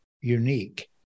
unique